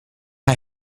hij